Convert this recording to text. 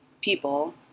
people